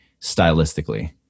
stylistically